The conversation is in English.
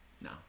No